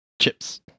Chips